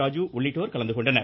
ராஜு உள்ளிட்டோர் கலந்து கொண்டனர்